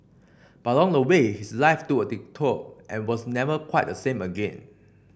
but along the way his life took a detour and was never quite the same again